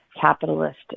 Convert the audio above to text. capitalist